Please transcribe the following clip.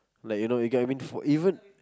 like you know you get what I mean for even